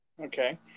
Okay